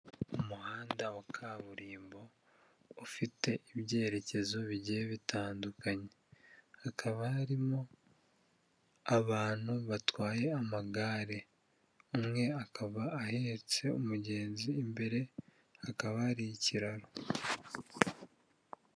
Umuhanda wa kaburimbo ufite ibyerekezo bigiye bitandukanye. Hakaba harimo abantu batwaye, amagare umwe akaba ahetse umugenzi imbere hakaba hari ikiraro.